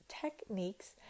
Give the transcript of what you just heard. techniques